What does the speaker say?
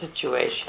situation